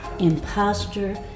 imposter